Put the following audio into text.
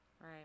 Right